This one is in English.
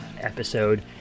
episode